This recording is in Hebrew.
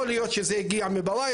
יכול להיות שזה הגיע מפרה,